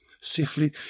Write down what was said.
Safely